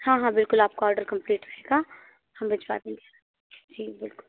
हाँ हाँ बिल्कुल आपका ऑर्डर कम्प्लीट रहेगा हम भिजवा देंगे ठीक बिल्कुल